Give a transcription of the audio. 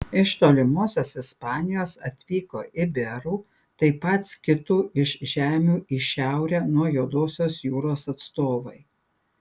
iš tolimosios ispanijos atvyko iberų taip pat skitų iš žemių į šiaurę nuo juodosios jūros atstovai